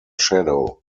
shadow